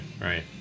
right